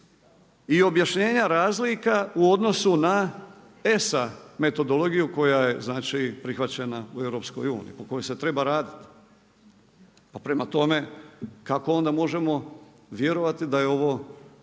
i objašnjenja razlika u odnosu na ESA metodologiju koja je prihvaćena u EU po kojoj se treba raditi. Pa prema tome, kako onda možemo vjerovati da je ovo